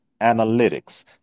analytics